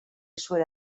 suele